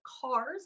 cars